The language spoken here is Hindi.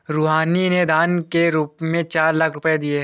रूहानी ने दान के रूप में चार लाख रुपए दिए